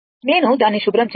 నేను దానిని శుభ్రం చేస్తాను